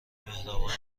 مهربان